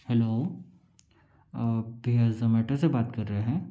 hello भैया Zomato से बात कर रहे हैं